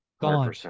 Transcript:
Gone